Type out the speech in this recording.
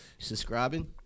Subscribing